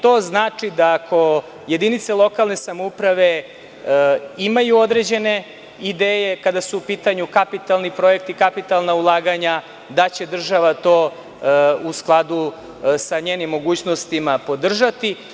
To znači da ako jedinice lokalne samouprave imaju određene ideje kada su u pitanju kapitalni projekti, kapitalna ulaganja, da će država to u skladu sa njenim mogućnostima podržati.